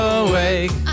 awake